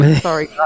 Sorry